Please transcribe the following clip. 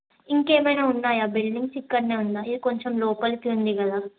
ఇంకేమైనా ఉన్నాయా బిల్డింగ్స్ ఇక్కడే ఉన్నాయి ఇది కొంచెం లోపల్కి ఉంది కదా